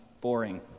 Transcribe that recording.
boring